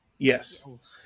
Yes